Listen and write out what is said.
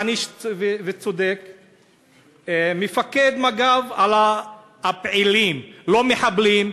מעניש וצודק, מפקד מג"ב על ה"פעילים" לא "מחבלים",